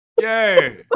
Yay